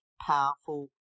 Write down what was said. powerful